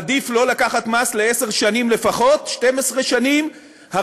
עדיף לא לקחת מס ל-10 שנים או 12 שנים לפחות.